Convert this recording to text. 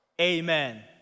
amen